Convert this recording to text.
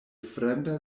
fremda